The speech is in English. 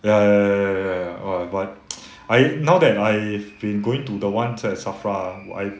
ya ya ya ya ya !wah! but I now that I have been going to the ones at safra ah !wah! I